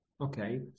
Okay